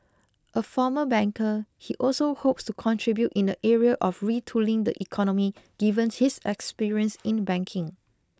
a former banker he also hopes to contribute in the area of retooling the economy given his experience in banking